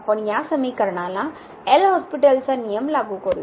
तर आपण या समीकरणाला एल हॉस्पिटलचा नियम लागू करूया